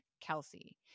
Kelsey